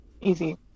Easy